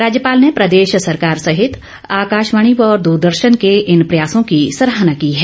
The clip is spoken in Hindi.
राज्यपाल ने प्रदेश सरकार सहित आकाशवाणी व दूरदर्शन के इन प्रयासों की सराहना की है